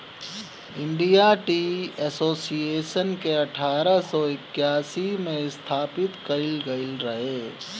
India tea association के अठारह सौ इक्यासी में स्थापित कईल गईल रहे